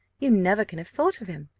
you never can have thought of him.